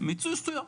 מיצוי זכויות,